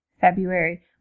February